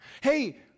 Hey